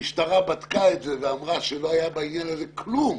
המשטרה בדקה את זה ואמרה שלא היה בעניין הזה כלום.